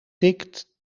tikt